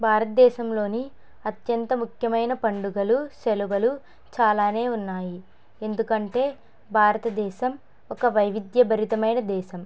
భారతదేశంలోని అత్యంత ముఖ్యమైన పండుగలు సెలవులు చాలానే ఉన్నాయి ఎందుకంటే భారతదేశం ఒక వైవిద్య భరితమైన దేశం